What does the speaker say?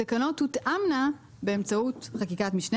אבל התקנות תותאמנה באמצעות חקיקת משנה